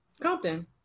Compton